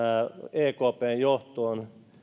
ekpn johtoon